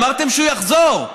אמרתם שהוא יחזור.